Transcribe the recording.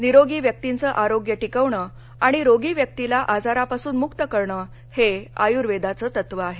निरोगी व्यक्तींचं आरोग्य टिकवणं आणि रोगी व्यक्तीला आजारापासून मुक्त करणं हे आयूर्वेदाचं तत्व आहे